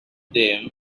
them